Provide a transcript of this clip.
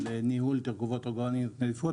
לניהול תרכובות אורגניות נדיפות,